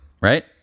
Right